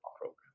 program